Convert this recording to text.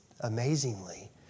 amazingly